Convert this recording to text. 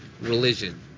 religion